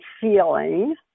feeling